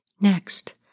Next